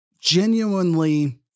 genuinely